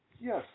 Yes